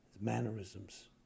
Mannerisms